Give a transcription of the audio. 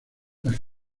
las